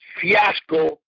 fiasco